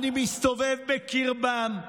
אני מסתובב בקרבם.